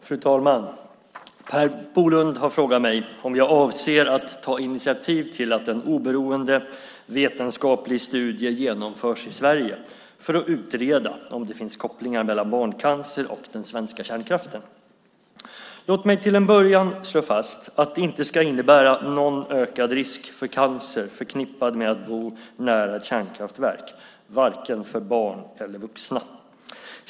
Fru talman! Per Bolund har frågat mig om jag avser att ta initiativ till att en oberoende, vetenskaplig studie genomförs i Sverige för att utreda om det finns kopplingar mellan barncancer och den svenska kärnkraften. Låt mig till en början slå fast att det inte ska finnas någon ökad risk för cancer förknippad med att bo nära ett kärnkraftverk, varken för barn eller vuxna.